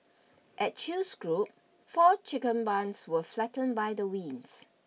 at Chew's Group four chicken barns were flattened by the winds